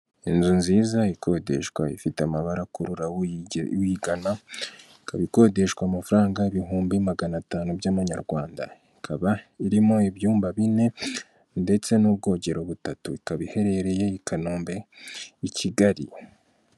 Inzu nziza ikodeshwa ifite amabara akurura uyigana ikaba ikodeshwa amafaranga ibihumbi magana atanu by'amanyarwanda ikaba irimo ibyumba bine ndetse n'ubwogero butatu ikaba iherereye i kanombe i kigali .